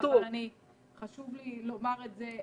אבל חשוב לי לומר את זה.